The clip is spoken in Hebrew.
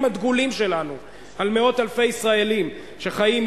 הדגולים שלנו על מאות אלפי ישראלים שחיים,